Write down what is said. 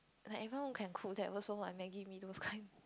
like everyone can cook that also what maggi-mee those kind